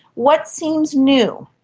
what seems new,